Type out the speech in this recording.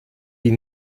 die